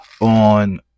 on